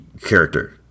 character